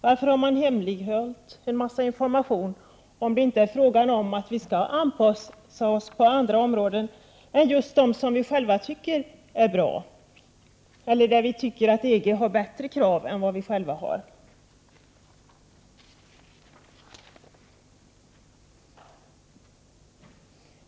Varför har man hemlighållit en mängd information, om det inte är fråga om att vi skall anpassa oss på andra områden än just dem där vi själva tycker att en anpassning skulle vara bra och områden där vi anser att EG har bättre krav än vad vi själva har?